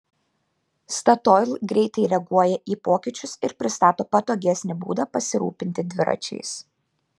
statoil greitai reaguoja į pokyčius ir pristato patogesnį būdą pasirūpinti dviračiais